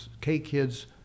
K-Kids